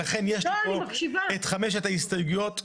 ולכן יש פה את חמש ההסתייגויות שהבאתי,